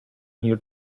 here